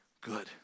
good